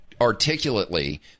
articulately